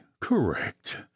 correct